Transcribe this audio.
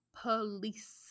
police